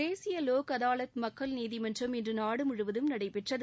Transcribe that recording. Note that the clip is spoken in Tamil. தேசிய லோக் அதாலத் மக்கள் நீதிமன்றம் இன்று நாடுமுழுவதும் நடைபெற்றது